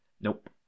Nope